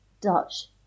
Dutch